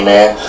Man